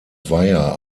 weiher